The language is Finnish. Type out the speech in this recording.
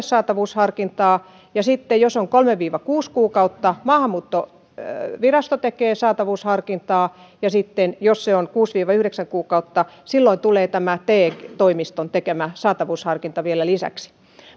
saatavuusharkintaa ja sitten jos on kolme viiva kuusi kuukautta maahanmuuttovirasto tekee saatavuusharkintaa ja sitten jos on kuusi viiva yhdeksän kuukautta silloin tulee tämä te toimiston tekemä saatavuusharkinta vielä lisäksi